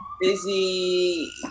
busy